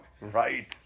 Right